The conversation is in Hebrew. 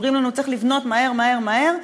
אומרים לנו: צריך לבנות מהר מהר מהר,